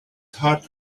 heart